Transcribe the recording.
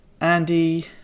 Andy